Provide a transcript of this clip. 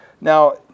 Now